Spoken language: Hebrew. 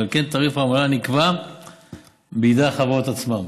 ועל כן תעריף העמלה נקבע בידי החברות עצמן.